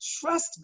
trust